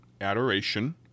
adoration